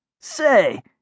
Say